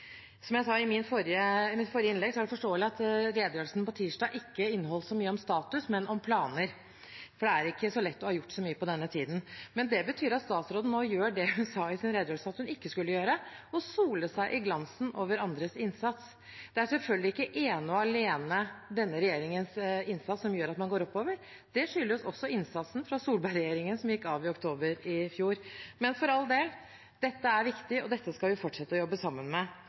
Som jeg sa i mitt forrige innlegg, er det forståelig at redegjørelsen på tirsdag ikke inneholdt så mye om status, men om planer, for det er ikke så lett å ha gjort så mye på denne tiden. Men det betyr at statsråden nå gjør det hun sa i sin redegjørelse at hun ikke skulle gjøre – hun soler seg i glansen over andres innsats. Det er selvfølgelig ikke ene og alene denne regjeringens innsats som gjør at man går oppover, det skyldes også innsatsen fra Solberg-regjeringen, som gikk av i oktober i fjor. Men for all del, dette er viktig, og dette skal vi fortsette å jobbe sammen